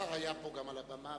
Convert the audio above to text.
השר היה פה, גם על הבמה.